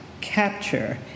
capture